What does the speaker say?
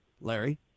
Larry